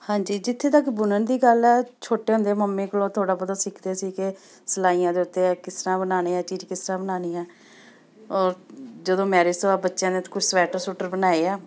ਹਾਂਜੀ ਜਿੱਥੇ ਤੱਕ ਬੁਣਨ ਦੀ ਗੱਲ ਆ ਛੋਟੇ ਹੁੰਦੇ ਮੰਮੀ ਕੋਲੋਂ ਥੋੜ੍ਹਾ ਬਹੁਤ ਸਿੱਖਦੇ ਸੀਗੇ ਸਿਲਾਈਆਂ ਦੇ ਉੱਤੇ ਕਿਸ ਤਰ੍ਹਾਂ ਬਣਾਉਣੇ ਆ ਇਹ ਚੀਜ਼ ਕਿਸ ਤਰ੍ਹਾਂ ਬਣਾਉਣੀ ਹੈ ਔਰ ਜਦੋਂ ਮੈਰਿਜ਼ ਤੋਂ ਬਾਅਦ ਬੱਚਿਆਂ ਦੇ ਕੁਛ ਸਵੈਟਰ ਸਵੂਟਰ ਬਣਾਏ ਆ